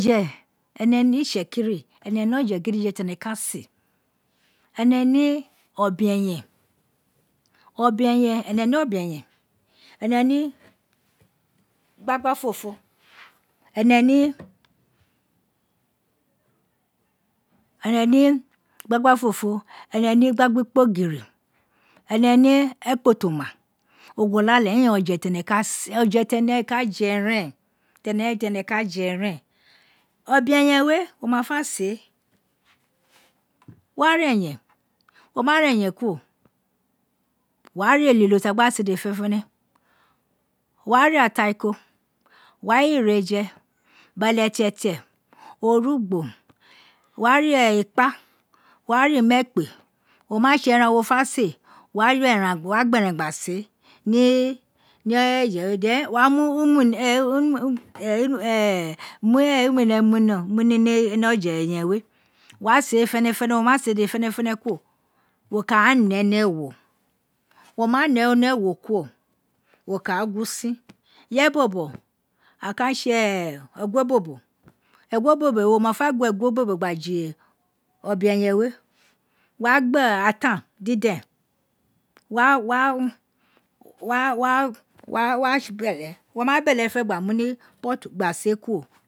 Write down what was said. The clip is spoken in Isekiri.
je ene ni itsekiri ẹnẹ ne oje gidije ti ene ka se ẹnẹ ni obe- ẹyẹn, ẹnẹ no be-yẹn ẹnẹ ne igbagba ofofo, ẹnẹ ne enẹ ne igbagba-ikpogin enẹ ne empoto-uma, ogolule ighan oje tẹnẹ ka ojẹ tẹnẹ ka jẹ rẹn tẹnẹ tẹnẹ ka gẹ ren, ọbẹ-ẹyẹn we wo ma fa se wo wa ra ẹyẹn, wo má ra ẹyẹn kuro wó wá ea wlilo ta gba se dede fẹnẹfẹnẹ, wo wa ra ataiko wo wa ra igberefẹ bẹlẹtẹte, orugbo wo wa ra ikpq wo wa ra imẹkpa o ma tse eran wo fa se. wó wá gna eran wo wá gba ẹran gna see ni ǫfe we, then wo wa mu uwumiẹni nina ni ọjẹ ẹyen we wá séé wo ma séé dede fẹnẹfẹnẹ kuro, wo ka a nẹẹ ni ewo wo ma re ni ewo kuro, wo ka a gun usin, ireye bọbọ a ka tse eyan obobo, eginobobo we wò ma fẹ gba eguobobo gba fe ofẹ we wo wa gba atan diden wa bẹlẹ wo ma fẹnẹ gba ni ipọfu gna se kuro.